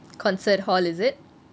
concert hall is it